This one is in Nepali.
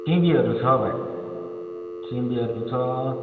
सिमीहरू छ भाइ सिमीहरू छ